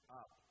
up